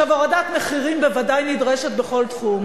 הורדת מחירים בוודאי נדרשת בכל תחום,